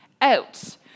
out